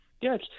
Yes